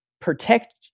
protect